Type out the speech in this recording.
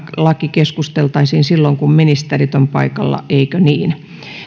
laki keskusteltaisiin silloin kun ministerit ovat paikalla eikö niin